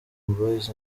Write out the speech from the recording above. boyz